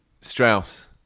Strauss